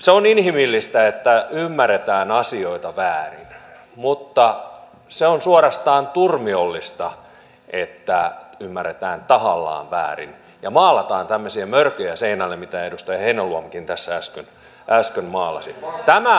se on inhimillistä että ymmärretään asioita väärin mutta se on suorastaan turmiollista että ymmärretään tahallaan väärin ja maalataan tämmöisiä mörköjä seinälle mitä edustaja heinäluomakin tässä äsken maalasi